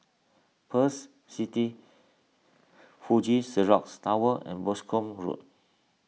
Pearl's City Fuji Xerox Tower and Boscombe Road